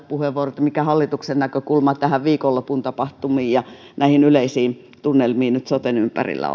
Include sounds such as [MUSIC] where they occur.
[UNINTELLIGIBLE] puheenvuoron siitä mikä hallituksen näkökulma näihin viikonlopun tapahtumiin ja näihin yleisiin tunnelmiin nyt soten ympärillä [UNINTELLIGIBLE]